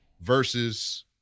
versus